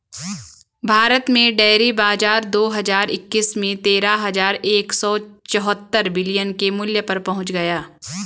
भारत में डेयरी बाजार दो हज़ार इक्कीस में तेरह हज़ार एक सौ चौहत्तर बिलियन के मूल्य पर पहुंच गया